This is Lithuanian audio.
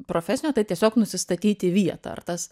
profesinio tai tiesiog nusistatyti vietą ar tas